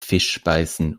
fischspeisen